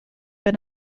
been